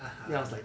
(uh huh)